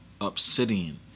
Obsidian